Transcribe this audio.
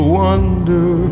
wonder